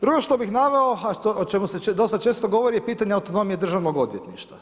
Drugo što bih naveo, a o čemu se dosta često govori je pitanje autonomije državnog odvjetništva.